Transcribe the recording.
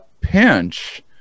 pinch